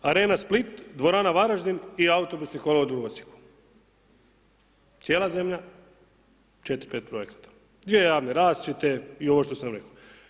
Arena Split, dvorana Varaždin i Autobusni kolodvor u Osijeku, cijela zemlja 4-5 projekata, dvije javne rasvjete i ovo što sam rekao.